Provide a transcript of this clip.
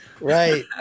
Right